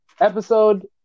episode